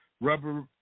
Rubber